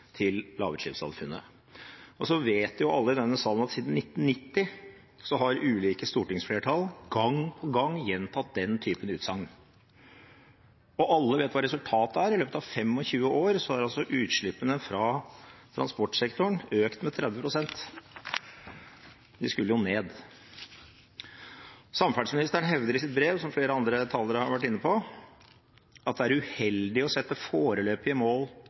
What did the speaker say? til lavutslippssamfunnet.» Så vet jo alle i denne salen at siden 1990 har ulike stortingsflertall gang på gang gjentatt den typen utsagn, og alle vet hva resultatet er: I løpet av 25 år har altså utslippene fra transportsektoren økt med 30 pst. De skulle jo ned. Samferdselsministeren hevder i sitt brev, som flere andre talere har vært inne på, at det er uheldig å sette foreløpige mål